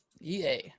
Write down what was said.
EA